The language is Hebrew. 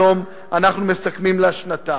היום אנחנו מסכמים לה שנתיים.